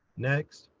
next.